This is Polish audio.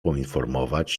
poinformować